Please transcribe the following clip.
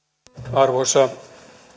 arvoisa